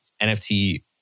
nft